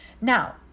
Now